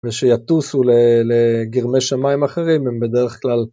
ושיטוסו לגרמי שמיים אחרים, הם בדרך כלל...